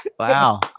Wow